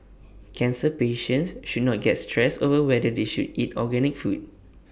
cancer patients should not get stressed over whether they should eat organic food